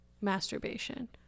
masturbation